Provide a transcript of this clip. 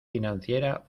financiera